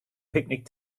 picnic